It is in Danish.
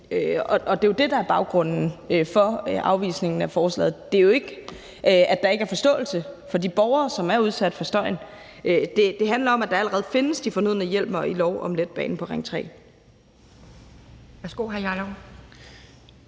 og det er jo det, der er baggrunden for afvisningen af forslaget. Det er jo ikke, at der ikke er en forståelse for de borgere, som er udsat for støjen, men det handler om, at der allerede findes de fornødne hjemler i lov om letbanen på Ring 3.